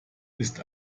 ist